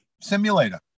simulator